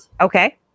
Okay